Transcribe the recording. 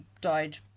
died